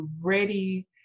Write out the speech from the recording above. ready